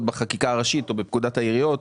בחקיקה הראשית או בפקודת העיריות,